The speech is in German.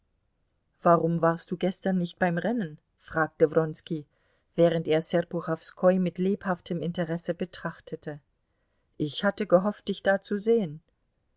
warum warst du gestern nicht beim rennen fragte wronski während er serpuchowskoi mit lebhaftem interesse betrachtete ich hatte gehofft dich da zu sehen